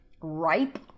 ripe